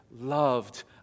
loved